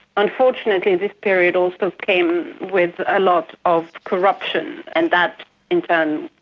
unfortunately this period also came with a lot of corruption, and that in turn,